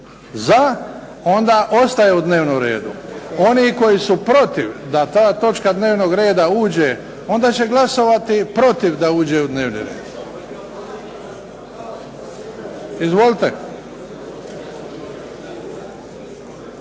za onda ostaje u dnevnom redu. Oni koji su protiv da ta točka dnevnog reda uđe, onda će glasovati protiv da uđe u dnevni red. Izvolite.